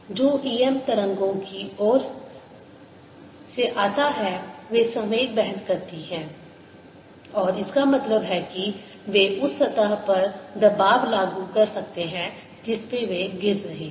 जो em तरंगों की ओर से आता है वे संवेग वहन करती हैं और इसका मतलब है कि वे उस सतह पर दबाव लागू कर सकते हैं जिस पर वे गिर रहे हैं